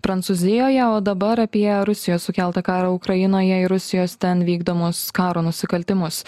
prancūzijoje o dabar apie rusijos sukeltą karą ukrainoje ir rusijos ten vykdomus karo nusikaltimus